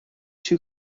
two